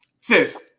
Sis